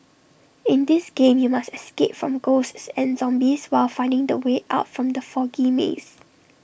in this game you must escape from ghosts and zombies while finding the way out from the foggy maze